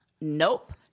Nope